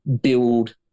build